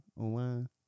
online